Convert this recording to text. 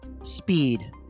Speed